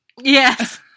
Yes